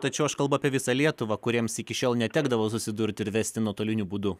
tačiau aš kalbu apie visą lietuvą kuriems iki šiol netekdavo susidurti ir vesti nuotoliniu būdu